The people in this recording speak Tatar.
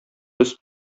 без